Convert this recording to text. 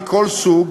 מכל סוג,